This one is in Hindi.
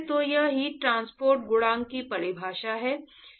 तो यह हीट ट्रांसपोर्ट गुणांक की परिभाषा है